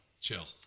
chill